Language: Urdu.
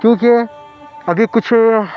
کیونکہ ابھی کچھ